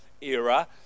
era